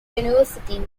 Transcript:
university